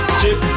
chip